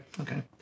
Okay